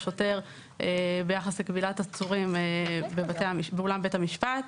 שוטר ביחס לכבילת עצורים באולם בית המשפט.